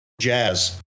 jazz